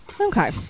okay